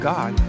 God